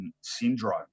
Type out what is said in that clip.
syndrome